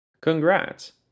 Congrats